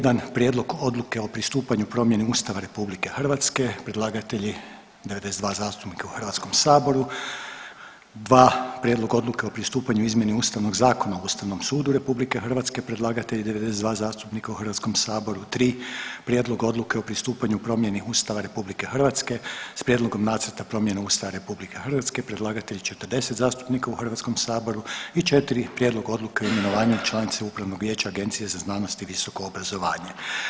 1, Prijedlog Odluke o pristupanju promjeni Ustava RH, predlagatelji 92 zastupnika u HS-u, 2, Prijedlog Odluke o pristupanju izmjeni Ustavnog zakona o Ustavnom sudu RH, predlagatelji 92 zastupnika u HS-u, 3, Prijedlog Odluke o pristupanju promjeni Ustava RH s Prijedlogom nacrta promjene Ustava RH, predlagatelji 40 zastupnika u HS-u i 4, Prijedlog Odluke o imenovanju članice Upravnog vijeća Agencije za znanost i visoko obrazovanje.